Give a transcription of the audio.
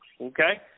okay